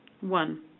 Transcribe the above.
One